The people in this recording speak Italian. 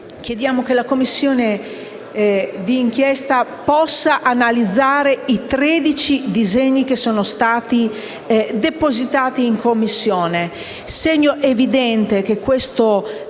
chiediamo che la Commissione d'inchiesta possa analizzare i tredici disegni di legge depositati in Commissione,